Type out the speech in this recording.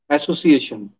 Association